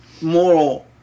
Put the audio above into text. moral